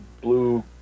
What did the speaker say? Blue